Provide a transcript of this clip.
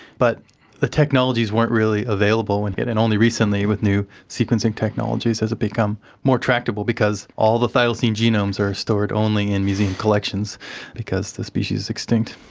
but the technologies weren't really available, and and only recently with new sequencing technologies has it become more tractable because all the thylacine genomes are stored only in museum collections because the species is extinct.